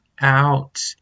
out